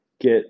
get